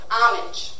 homage